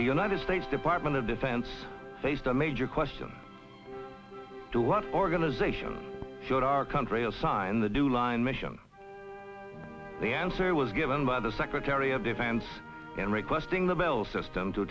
the united states department of defense faced a major question to what organization should our country assign the due line mission the answer was given by the secretary of defense and requesting the bell system to